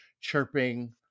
chirping